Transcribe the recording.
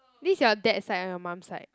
this is your dad side or your mum's side